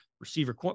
receiver